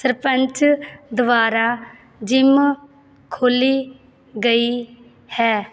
ਸਰਪੰਚ ਦੁਆਰਾ ਜਿਮ ਖੋਲੀ ਗਈ ਹੈ